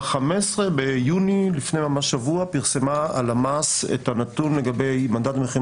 ב-15 ביוני פרסמה הלמ"ס את הנתון לגבי מדד המחירים